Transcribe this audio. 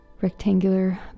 rectangular